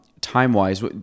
Time-wise